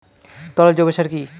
তরল জৈব সার কি?